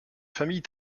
famille